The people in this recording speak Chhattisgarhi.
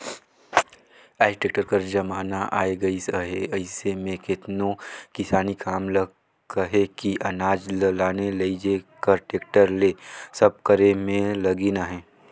आएज टेक्टर कर जमाना आए गइस अहे अइसे में केतनो किसानी काम ल कहे कि अनाज ल लाने लेइजे कर टेक्टर ले सब करे में लगिन अहें